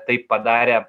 taip padarę